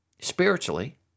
spiritually